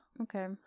okay